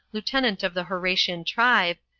lieutenant of the horatian tribe,